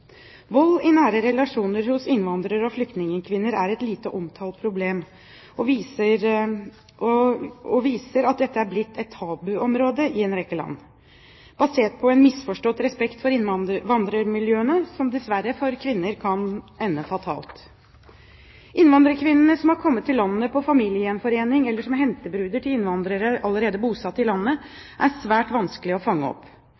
Vold i nære relasjoner hos innvandrer- og flyktningkvinner er et lite omtalt problem, og det viser seg at dette er blitt et tabuområde i en rekke land, basert på en misforstått respekt for innvandrermiljøene, som dessverre for kvinner kan ende fatalt. Innvandrerkvinnene som har kommet til landet på familiegjenforening eller som hentebruder til innvandrere allerede bosatt i landet, er svært vanskelige å fange opp.